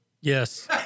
Yes